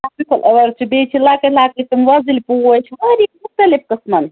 چھِ بیٚیہِ چھِ لَکٕٹۍ لَکٕٹۍ تٕم وَزٕلۍ پوش وارِیاہ مختلف قٕسمن